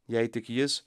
jei tik jis